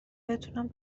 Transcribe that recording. بتونم